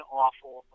awful